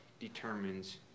determines